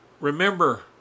Remember